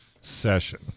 session